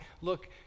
look